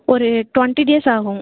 ஒரு twenty days ஆகும்